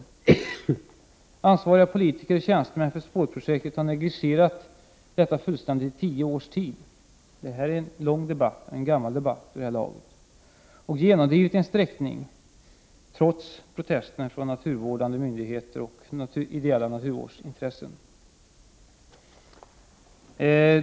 För spårprojektet ansvariga politiker och tjänstemän har negligerat detta fullständigt i tio års tid — det är en gammal debatt vid det här laget — och genomdrivit en sträckning trots protesterna från naturvårdande myndigheter och ideella naturvårdsintressen.